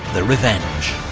the revenge.